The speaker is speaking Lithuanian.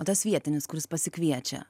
o tas vietinis kuris pasikviečia